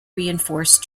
reinforce